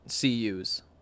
CU's